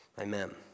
Amen